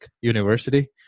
University